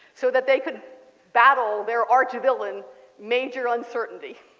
so that they could battle their archville an major uncertainty.